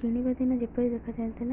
କିଣିବା ଦିନ ଯେପରି ଦେଖାଯାଉ ଥିଲା